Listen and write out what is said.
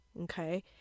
okay